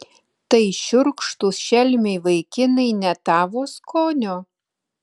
tai šiurkštūs šelmiai vaikinai ne tavo skonio